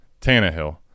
Tannehill